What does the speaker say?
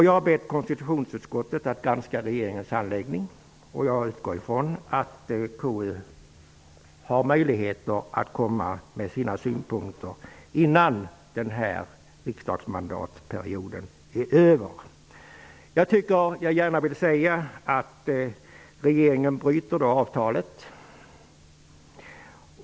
Jag har bett konstitutionsutskottet att granska regeringens handläggning, och jag utgår från att utskottet har möjlighet att lägga fram sina synpunkter innan denna mandatperiod i riksdagen är till ända. Jag vill alltså påstå att regeringen bryter mot avtalet.